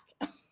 ask